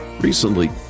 Recently